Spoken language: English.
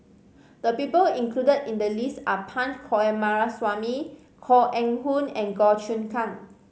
the people included in the list are Punch Coomaraswamy Koh Eng Hoon and Goh Choon Kang